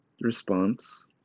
response